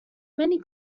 many